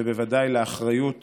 ובוודאי כחלק מהאחריות